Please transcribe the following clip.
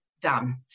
Done